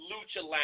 Lucha